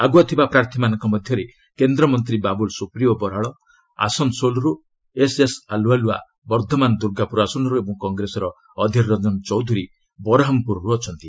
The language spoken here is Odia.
ଆଗୁଆ ଥିବା ପ୍ରାର୍ଥୀମାନଙ୍କ ମଧ୍ୟରେ କେନ୍ଦ୍ରମନ୍ତ୍ରୀ ବାବୁଲ୍ ସୁପ୍ରିୟୋ ବରାଳ ଆସନ୍ସୋଲ୍ରୁ ଏସ୍ଏସ୍ ଆଲୁୱାଲିଆ ବର୍ଦ୍ଧମାନ ଦୁର୍ଗାପୁର ଆସନର୍ ଓ କଂଗ୍ରେସର ଅଧିରଞ୍ଜନ ଚୌଧ୍ରରୀ ବରହାମ୍ପୁରର୍ ଅଛନ୍ତି